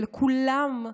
ולכולם,